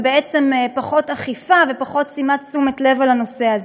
ובעצם פחות אכיפה ופחות שימת לב על הנושא הזה.